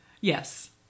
Yes